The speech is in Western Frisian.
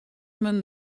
men